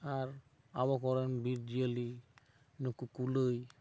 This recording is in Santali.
ᱟᱨ ᱟᱵᱚ ᱠᱚᱨᱮᱱ ᱵᱤᱨ ᱡᱤᱭᱟᱹᱞᱤ ᱱᱩᱠᱩ ᱠᱩᱞᱟᱹᱭ